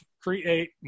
create